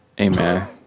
Amen